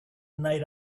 night